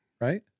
right